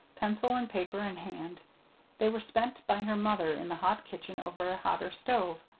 pencil and paper in hand they were spent by her mother in the hot kitchen over a hotter stove.